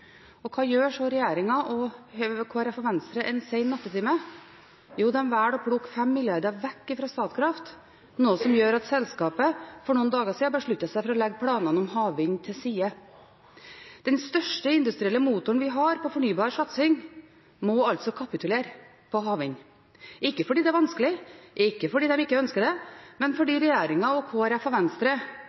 Hva gjør så regjeringen, Kristelig Folkeparti og Venstre en sein nattetime? Jo, de velger å plukke 5 mrd. kr fra Statkraft, noe som gjør at selskapet for noen dager siden besluttet å legge planene om havvind til sides. Den største industrielle motoren vi har på fornybar satsing, må altså kapitulere på havvind, ikke fordi det er vanskelig, ikke fordi de ikke ønsker det, men fordi regjeringen, Kristelig Folkeparti og Venstre